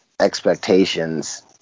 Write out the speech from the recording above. expectations